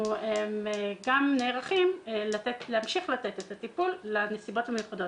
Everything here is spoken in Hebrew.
אנחנו נערכים להמשיך לתת את הטיפול לנסיבות המיוחדות.